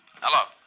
Hello